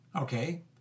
Okay